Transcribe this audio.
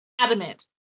adamant